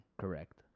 Correct